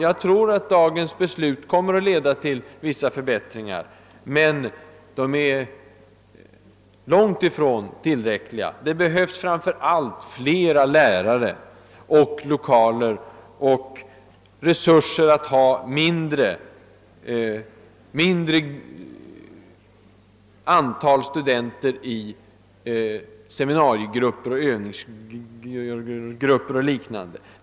Jag tror att dagens beslut kommer att leda till vissa förbättringar, men dessa är långt ifrån tillräckliga. Det behövs framför allt flera lärare, lokaler och resurser för att begränsa antalet studenter i seminariegrupper och liknande.